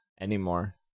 anymore